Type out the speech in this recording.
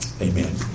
amen